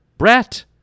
Brett